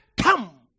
come